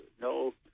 no